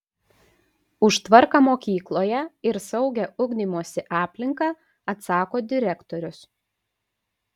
už tvarką mokykloje ir saugią ugdymosi aplinką atsako direktorius